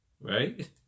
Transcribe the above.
Right